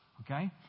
Okay